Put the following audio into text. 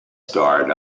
starred